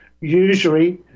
Usually